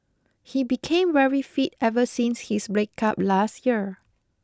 he became very fit ever since his breakup last year